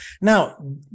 Now